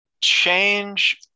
Change